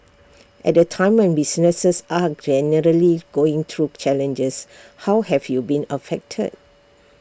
at A time when businesses are generally going through challenges how have you been affected